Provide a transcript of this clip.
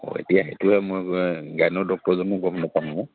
এতিয়া সেইটোৱে মই গায়নোৰ ডক্তৰজনো গ'ব নাপাম নহয়